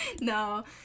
No